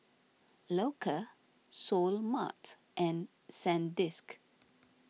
Loacker Seoul Mart and Sandisk